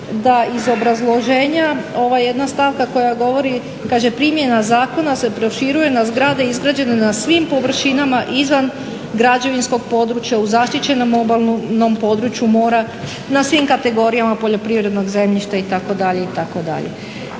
da iz obrazloženja ova jedna stavka koja govori kaže "primjena zakona se proširuje na zgrade izgrađene na svim površinama izvan građevinskog područja u zaštićenom obalnom području mora, na svim kategorijama poljoprivrednog zemljišta itd., itd.".